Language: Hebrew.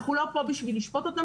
אנחנו לא כאן כדי לשפוט אותם.